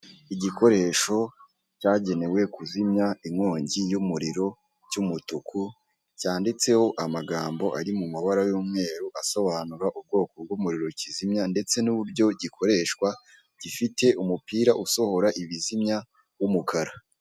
Igikoresho cyagenewe kuzimya inkongi y'umuriro cy'umutuku cyanditseho amagambo ari mu mabara y'umweru asobanura ubwoko bw'umuriro kizimya ndetse n'uburyo gikoreshwa, gifite umupira usohora ibizimya w'umukara.